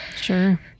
Sure